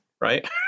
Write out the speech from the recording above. right